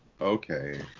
Okay